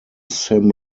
sim